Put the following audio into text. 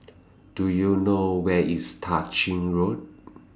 Do YOU know Where IS Tah Ching Road